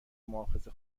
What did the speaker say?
مواخذه